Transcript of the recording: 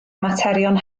materion